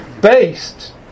based